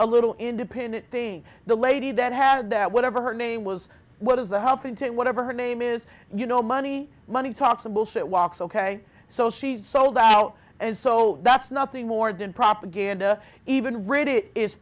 a little independent thing the lady that had that whatever her name was what is the huffington whatever her name is you know money money talks and bullshit walks ok so she sold out and so that's nothing more than propaganda even read it is